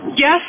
Yes